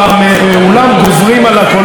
שזה חמור מאוד.